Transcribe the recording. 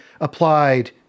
applied